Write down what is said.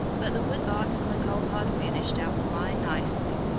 but the wood box and the coal-hod finished out the line nicely.